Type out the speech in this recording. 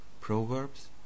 Proverbs